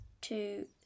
two